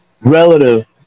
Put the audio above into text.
relative